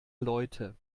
leute